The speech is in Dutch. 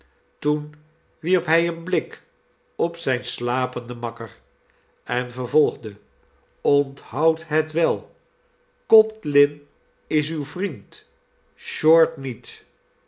toen wierp hij een blik op zijn slapenden makker en vervolgde onthoud het wel codlin is uw vriend short niet